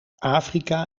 afrika